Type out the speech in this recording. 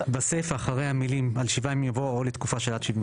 בסיפה אחרי המילים 'על שבעה ימים' יבוא 'או לתקופה של עד 75